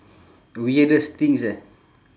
weirdest things eh